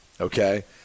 okay